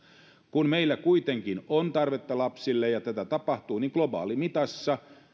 kun meillä kuitenkin on tarvetta lapsille ja tätä tapahtuu niin globaalimitassa